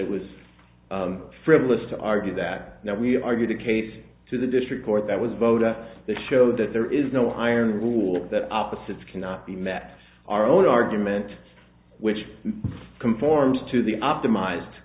it was frivolous to argue that now we argue the case to the district court that was voted off the show that there is no iron rule that opposites cannot be met our own argument which conforms to the optimize